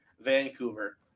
Vancouver